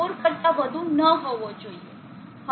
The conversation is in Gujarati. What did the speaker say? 4 કરતા વધુ ન હોવો જોઈએ